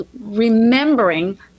remembering